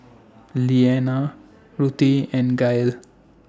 Lenna Ruthie and Gael